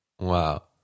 wow